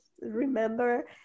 remember